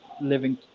living